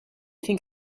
think